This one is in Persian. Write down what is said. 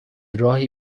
راهی